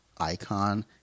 Icon